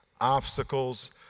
obstacles